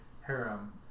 harem